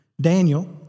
Daniel